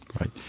Right